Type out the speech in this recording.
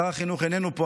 שר החינוך איננו פה,